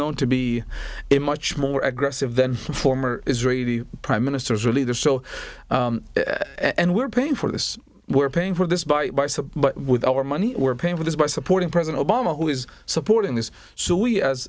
known to be a much more aggressive than former israeli prime minister is really there so and we're paying for this we're paying for this by myself but with our money we're paying for this by supporting president obama who is supporting this so we as